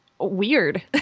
Weird